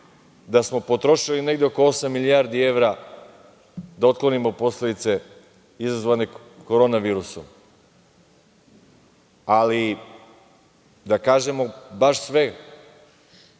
da smo potrošili negde oko osam milijardi evra da otklonimo posledice izazvane korona virusom. Ali, da kažemo baš sve,